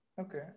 Okay